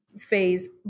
phase